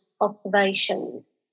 observations